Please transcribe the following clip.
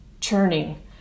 churning